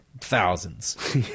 Thousands